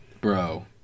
bro